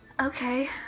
Okay